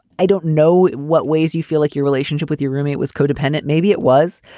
i don't know what ways you feel like your relationship with your roommate was codependent. maybe it was.